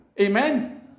Amen